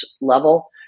level